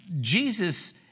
Jesus